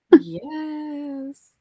Yes